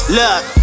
Look